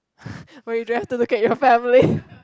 will you drive to look at your family